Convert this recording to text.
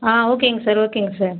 ஆ ஓகேங்க சார் ஓகேங்க சார்